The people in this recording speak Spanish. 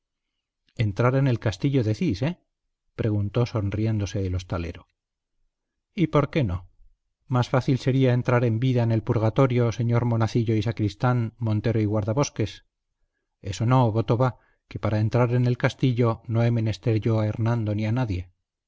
entrar en el castillo decís eh preguntó sonriéndose el hostalero y por qué no más fácil sería entrar en vida en el purgatorio señor monacillo y sacristán montero y guardabosques eso no voto va que para entrar en el castillo no he menester yo a hernando ni a nadie